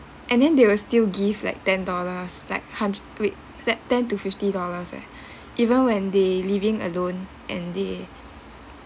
and then they will still give like ten dollars like hunt wait like ten to fifty dollars eh even when they living alone and they